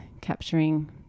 capturing